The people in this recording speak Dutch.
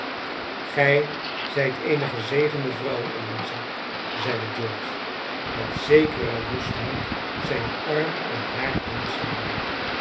gij zijt eene gezegende vrouw eliza zeide george met zekere woestheid zijn arm om haar